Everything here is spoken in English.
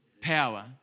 power